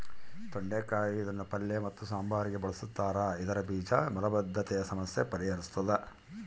ತೊಂಡೆಕಾಯಿ ಇದನ್ನು ಪಲ್ಯ ಮತ್ತು ಸಾಂಬಾರಿಗೆ ಬಳುಸ್ತಾರ ಇದರ ಬೀಜ ಮಲಬದ್ಧತೆಯ ಸಮಸ್ಯೆ ಪರಿಹರಿಸ್ತಾದ